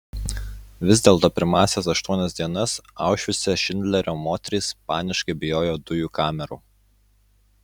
vis dėlto pirmąsias aštuonias dienas aušvice šindlerio moterys paniškai bijojo dujų kamerų